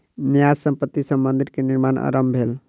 न्यास संपत्ति सॅ मंदिर के निर्माण आरम्भ भेल